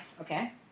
okay